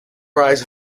rise